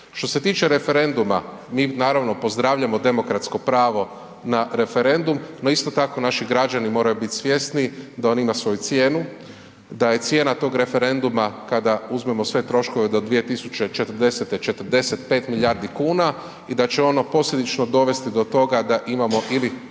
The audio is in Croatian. Što se tiče referenduma, mi naravno pozdravljamo demokratsko pravo na referendum, no isto tako naši građani moraju biti svjesni da ono ima svoju cijenu, da je cijena tog referenduma kada uzmemo sve troškove do 2040. 45 milijardi kuna i da će ono posljedično dovesti do toga da imamo ili